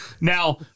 now